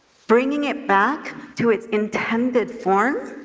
bringing it back to its intended form?